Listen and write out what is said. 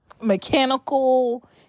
mechanical